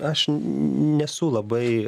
aš nesu labai